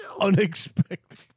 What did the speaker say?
Unexpected